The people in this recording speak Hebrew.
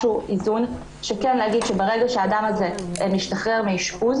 ולהגיד שברגע שאדם כזה ישתחרר מאשפוז,